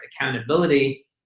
accountability